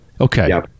okay